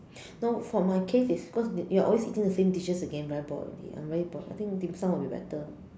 no for my case is because we we are always eating the same dishes again very bored already I'm very bored I think dim-sum will be better